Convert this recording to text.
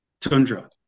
tundra